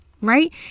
right